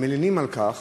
הם מלינים על כך